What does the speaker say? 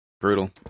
Brutal